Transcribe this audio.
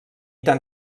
tan